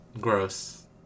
gross